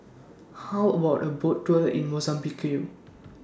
How about A Boat Tour in Mozambique